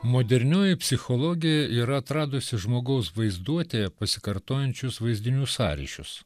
modernioji psichologija yra atradusi žmogaus vaizduotėje pasikartojančius vaizdinių sąryšius